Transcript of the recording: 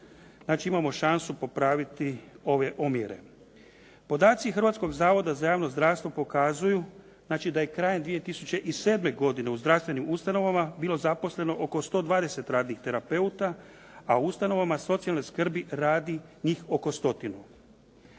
imamo šansu popraviti ove omjere. Podaci Hrvatskog zavoda za javno zdravstvo pokazuju znači da je krajem 2007. godine u zdravstvenim ustanovama bilo zaposleno oko 120 radnih terapeuta, a u ustanovama socijalne skrbi radi njih oko 100.